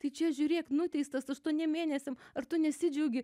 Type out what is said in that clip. tai čia žiūrėk nuteistas aštuoniem mėnesiams ar tu nesidžiaugi